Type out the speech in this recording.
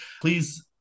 Please